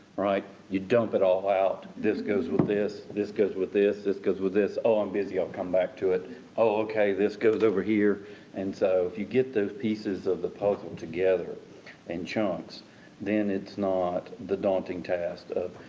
right. you dump it all out, this goes with this, this goes with this, this goes with this. oh, i'm busy, i'll come back to it. oh okay, this goes over here and so if you get the pieces of the puzzle together in chunks then it's not the daunting task of,